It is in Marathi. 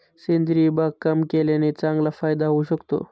सेंद्रिय बागकाम केल्याने चांगला फायदा होऊ शकतो का?